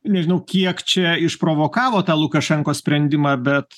nežinau kiek čia išprovokavo tą lukašenkos sprendimą bet